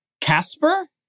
Casper